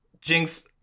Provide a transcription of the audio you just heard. Jinx